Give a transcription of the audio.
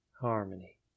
harmony